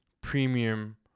premium